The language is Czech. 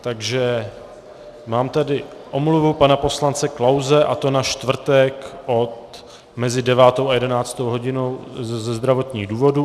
Takže mám tady omluvu pana poslance Klause, a to na čtvrtek mezi 9. a 11. hodinou ze zdravotních důvodů.